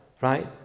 right